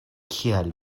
kial